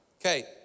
Okay